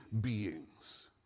beings